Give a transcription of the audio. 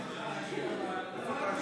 בבקשה.